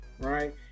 right